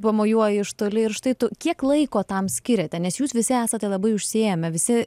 pamojuoja iš toli ir štai tu kiek laiko tam skiriate nes jūs visi esate labai užsiėmę visi